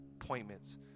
appointments